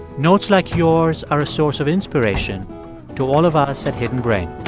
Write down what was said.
notes like yours are a source of inspiration to all of us at hidden brain